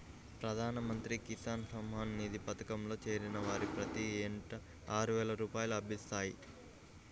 ప్రధాన మంత్రి కిసాన్ సమ్మాన్ నిధి పథకంలో చేరిన వారికి ప్రతి ఏటా ఆరువేల రూపాయలు లభిస్తాయి